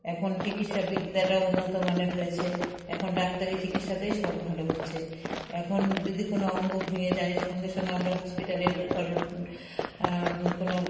এখন চিকিৎসা বিদ্যাটাও উন্নত মানের হয়েছে এখন ডাক্তারি চিকিৎসাতেই সব ভালো হচ্ছে এখন যদি কোনো অঙ্গ ভেঙে যায় সঙ্গে সঙ্গে আমরা হসপিটালের কোনো